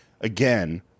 again